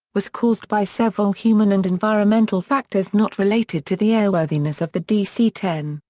was caused by several human and environmental factors not related to the airworthiness of the dc ten,